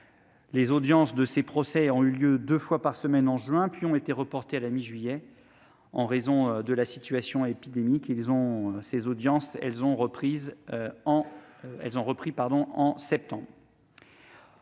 Les audiences de son procès ont eu lieu deux fois par semaine en juin, puis une décision de report a été prise à la mi-juillet en raison de la situation épidémique. Celles-ci ont repris en septembre.